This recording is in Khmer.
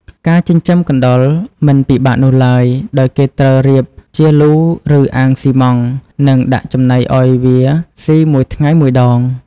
ការចិញ្ចឹមកណ្តុរមិនពិបាកនោះឡើយ ដោយគេត្រូវរៀបជាលូ ឬ អាងសុីម៉ង់ និងដាក់ចំណីឱ្យវាសុីមួយថ្ងៃមួយដង។